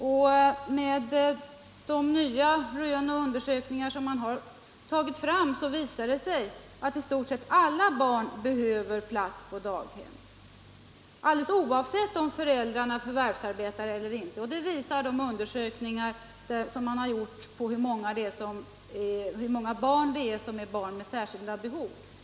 Och nya rön som gjorts visar att i stort sett alla barn behöver plats på daghem, alldeles oavsett om föräldrarna förvärvsarbetar eller inte. Det visar de undersökningar som gjorts om hur många barn som har särskilda behov.